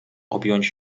objąć